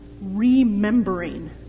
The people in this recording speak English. remembering